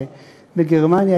בגרמניה,